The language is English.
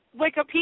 Wikipedia